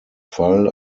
fall